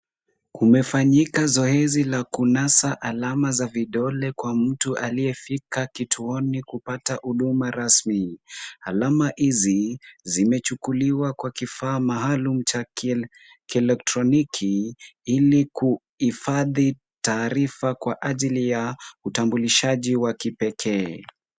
Kumefanyika zoezi la kunasa alama za vidole kwa mtu aliyefika kituoni kupata huduma rasmi. Alama hizi zimechukuliwa kwa kifaa maalum cha kielektroniki ili kuifadhi taarifa kwa ajili ya utambulishaji wa kipekee.